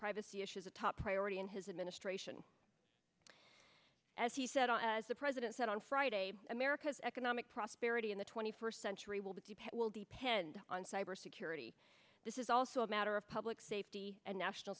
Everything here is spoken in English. privacy issue is a top priority in his administration as he said as the president said on friday america's economic prosperity in the twenty first century will be will depend on cyber security this is also a matter of public safety and national